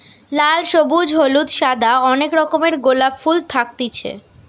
লাল, সবুজ, হলুদ, সাদা অনেক রকমের গোলাপ ফুল থাকতিছে